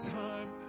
time